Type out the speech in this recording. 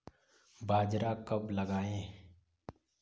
बाजरा कब लगाएँ?